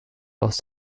aus